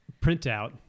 printout